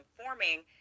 forming